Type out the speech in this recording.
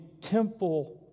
temple